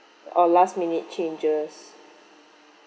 or last minute changes